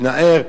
מתנער,